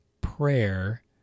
Prayer